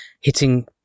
hitting